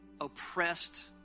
Oppressed